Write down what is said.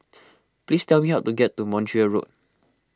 please tell me how to get to Montreal Road